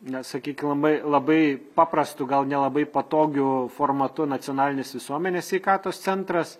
na sakykim labai labai paprastu gal nelabai patogiu formatu nacionalinis visuomenės sveikatos centras